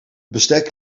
bestek